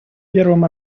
первым